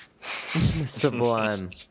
Sublime